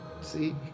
see